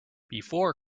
before